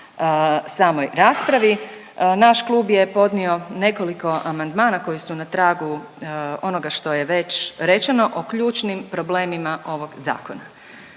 samoj raspravi. Naš klub je podnio nekoliko amandmana koji su na tragu onoga što je već rečeno o ključnim problemima ovog zakona.